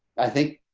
i think